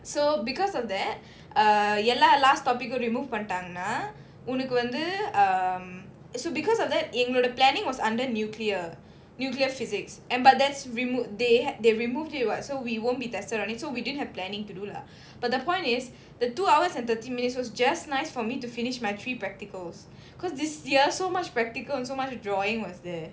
so because of that uh எல்லா:ellaa last topic உம்:um remove பண்ணிட்டாங்கன்னா உனக்கு வந்து:pannitaangannaa unakku vanthu so because of that எங்களோட:engaloda planning was under nuclear nuclear physics and but that's remove they they removed it [what] so we won't be tested on it so we didn't have planning to do lah but the point is the two hours and thirty minutes was just nice for me to finish my three practicals because this year so much practical and so much drawing was there